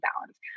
balance